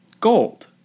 gold